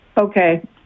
Okay